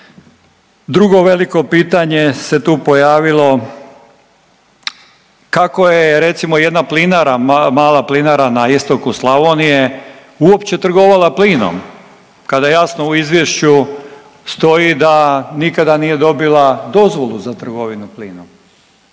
Drugo veliko pitanje se tu pojavilo kako je recimo jedna plinara, mala plinara na istoku Slavonije uopće trgovala plinom kada jasno u izvješću stoji da nikada nije dobila dozvolu za trgovinu plinom.